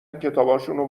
کتابشونو